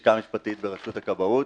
מהלשכה המשפטית ברשות הכבאות.